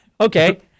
Okay